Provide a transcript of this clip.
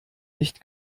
nicht